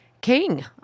King